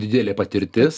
didelė patirtis